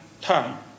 time